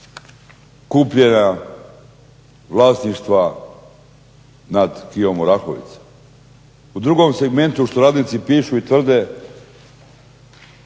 kupljena vlasništva nad KIO-om Orahovica. U drugom segmentu što radnici pišu i tvrde